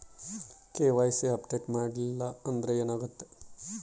KYC update ಮಾಡಿಲ್ಲ ಅಂದ್ರೆ ಏನಾಗುತ್ತೆ?